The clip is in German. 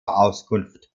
auskunft